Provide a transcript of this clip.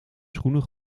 schoenen